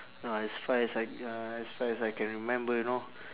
no as far as I ya as far as I can remember you know